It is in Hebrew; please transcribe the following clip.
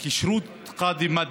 בתי הדין הדתיים הדרוזיים (תיקון, כשירות קאדים),